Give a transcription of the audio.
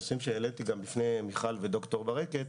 נושאים שהעליתי גם בפני מיכל היימן וד"ר ברקת.